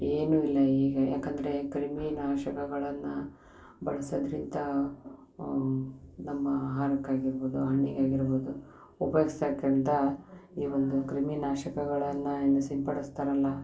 ಏನೂ ಇಲ್ಲ ಈಗ ಏಕಂದ್ರೆ ಕ್ರಿಮಿನಾಶಕಗಳನ್ನು ಬಳಸೋದರಿಂದ ನಮ್ಮ ಆಹಾರಕ್ಕಾಗಿರ್ಬೋದು ಹಣ್ಣಿಗೆ ಆಗಿರ್ಬೋದು ಉಪಯೋಗಿಸ್ತಕ್ಕಂಥ ಈ ಒಂದು ಕ್ರಿಮಿನಾಶಕಗಳನ್ನು ಏನು ಸಿಂಪಡಿಸ್ತಾರಲ್ಲ